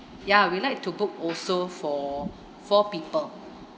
ya we'd like to book also for four people